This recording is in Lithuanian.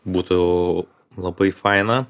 būtų labai faina